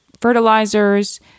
fertilizers